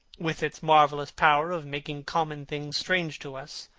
with its marvellous power of making common things strange to us,